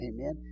Amen